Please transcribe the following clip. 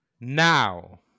Now